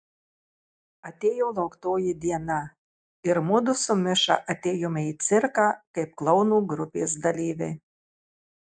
atėjo lauktoji diena ir mudu su miša atėjome į cirką kaip klounų grupės dalyviai